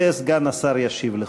וסגן השר ישיב לכולם.